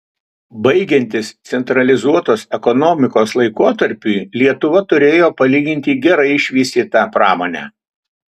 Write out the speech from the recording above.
baigiantis centralizuotos ekonomikos laikotarpiui lietuva turėjo palyginti gerai išvystytą pramonę